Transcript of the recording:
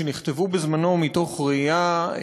שנכתבו בזמנו מתוך ראייה,